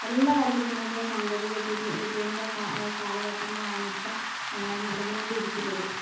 എല്ലാ കാര്യത്തിലും നമുക്കിപ്പോൾ സാങ്കേതികവിദ്യത്തി വിദ്യേൻ്റെ കാലഘട്ടങ്ങളാണ് ഇപ്പോൾ നടന്നു കൊണ്ടിരിക്കുന്നത്